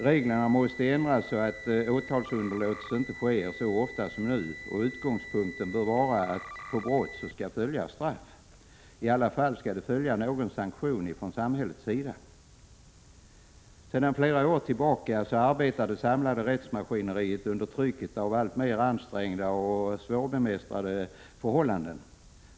Reglerna måste ändras så att åtalsunderlåtelse inte ges så ofta som nu. Utgångspunkten bör vara att på brott skall följa straff. I alla fall skall någon sanktion följa från samhällets sida. Sedan flera år tillbaka arbetar det samlade rättsmaskineriet under trycket av alltmer ansträngda och svårbemästrade förhållanden.